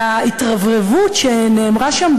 וההתרברבות שנאמרה שם,